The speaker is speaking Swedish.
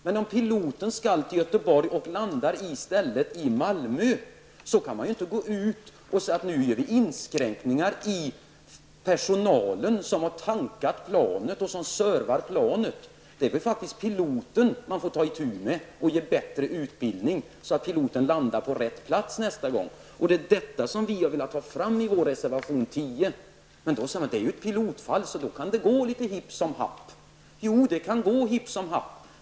Men om piloten skall till Göteborg och i stället landar i Malmö, kan man ju inte gå ut och säga att man skall göra inskränkningar bland personalen som servar planet. Det är piloten man får ta itu med och ge bättre utbildning, så att han landar på rätt plats nästa gång. Det är detta som vi har velat ta fram i vår reservation 10. Men det här är ett pilotfall, säger man, och då kan det gå litet hipp som happ. Jo, det kan gå hipp som happ.